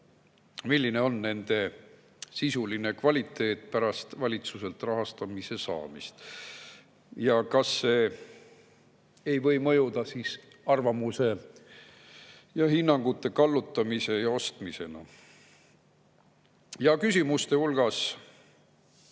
milline on nende sisu kvaliteet pärast valitsuselt rahastuse saamist ja kas see ei või mõjuda arvamuse ja hinnangute kallutamise ja ostmisena. Ja esimene küsimus: